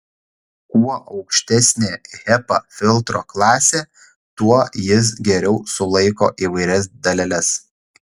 kuo aukštesnė hepa filtro klasė tuo jis geriau sulaiko įvairias daleles